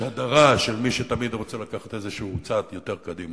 יש הדרה של מי שתמיד רוצה לקחת איזה צעד יותר קדימה,